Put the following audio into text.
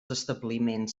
establiments